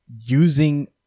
using